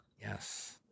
Yes